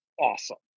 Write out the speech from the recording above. awesome